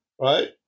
right